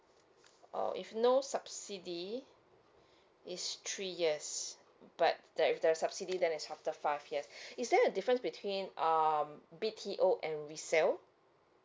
orh if no subsidy it's three years but there if there's subsidy then is after five years is there a difference between um B_T_O and resale